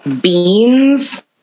Beans